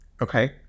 Okay